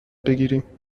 بگیریم